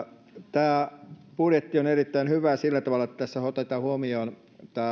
tämä budjetti on erittäin hyvä sillä tavalla että tässä otetaan huomioon